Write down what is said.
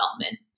development